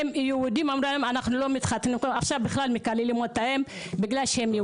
עכשיו בכלל מקללים אותם בגלל שהם יהודים,